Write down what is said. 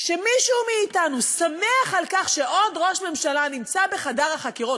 שמישהו מאתנו שמח על כך שעוד ראש ממשלה נמצא בחדר החקירות,